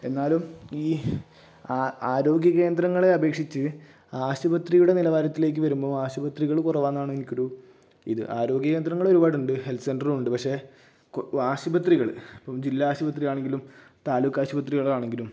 എന്നാലും ഈ ആ ആരോഗ്യ കേന്ദ്രങ്ങളെ അപേക്ഷിച്ച് ആശുപത്രിയുടെ നിലവാരത്തിലേക്ക് വരുമ്പോൾ ആശുപത്രികൾ കുറവാണെന്നാണ് എനിക്കൊരു ഇത് ആരോഗ്യ കേന്ദ്രങ്ങൾ ഒരുപാടുണ്ട് ഹെല്ത്ത് സെന്ററുണ്ട് പക്ഷെ കൊ ആശുപത്രികൾ ജില്ലാശുപത്രി ആണെങ്കിലും താലൂക്കാശുപത്രികളാണെങ്കിലും